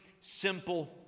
simple